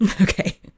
Okay